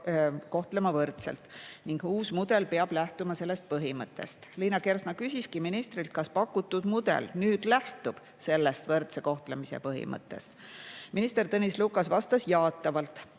kohtlema võrdselt ning et uus mudel peab lähtuma sellest põhimõttest. Liina Kersna küsiski ministrilt, kas pakutud mudel nüüd lähtub sellest võrdse kohtlemise põhimõttest. Minister Tõnis Lukas vastas jaatavalt